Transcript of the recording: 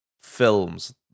films